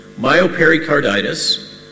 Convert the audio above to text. myopericarditis